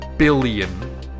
billion